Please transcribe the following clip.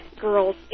girls